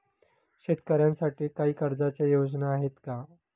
शेतकऱ्यांसाठी काही कर्जाच्या योजना आहेत का?